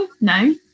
No